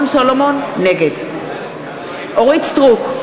נגד אורית סטרוק,